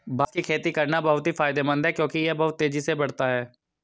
बांस की खेती करना बहुत ही फायदेमंद है क्योंकि यह बहुत तेजी से बढ़ता है